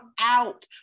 out